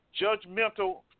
judgmental